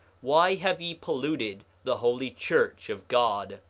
why have ye polluted the holy church of god?